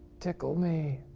tickle me.